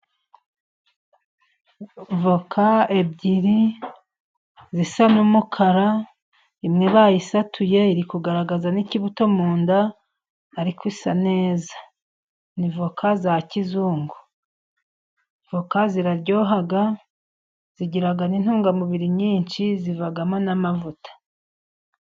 Voka ebyiri zisa n'umukara, imwe bayisatuye iri kugaragaza n'ikibuto mu nda ariko isa neza ni voka za kizungu, voka ziraryoha zigira n' intungamubiri nyinshi zivamo n'amavuta.